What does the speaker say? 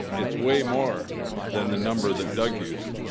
it's way more than the number that doug used.